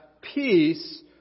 peace